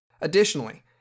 Additionally